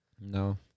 No